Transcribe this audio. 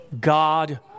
God